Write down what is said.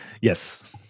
Yes